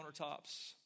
countertops